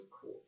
cool